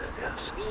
Yes